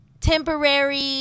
temporary